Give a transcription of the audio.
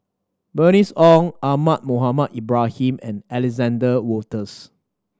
Bernice Ong Ahmad Mohamed Ibrahim and Alexander Wolters